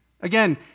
Again